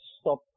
stop